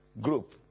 group